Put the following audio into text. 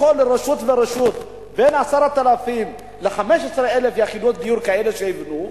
בכל רשות ורשות בין 10,000 ל-15,000 יחידות דיור כאלה שיבנו,